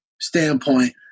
standpoint